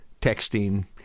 texting